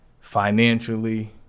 financially